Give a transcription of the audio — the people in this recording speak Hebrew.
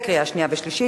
לקריאה שנייה ושלישית.